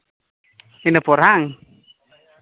ᱤᱱᱟᱹ ᱯᱚᱨ ᱦᱮᱸᱵᱟᱝ